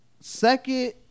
second